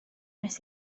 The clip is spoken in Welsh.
nes